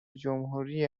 جمهوری